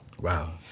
Wow